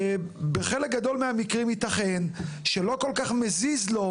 בחלק גדול מן המקרים, ייתכן שלא כל כך מזיז לו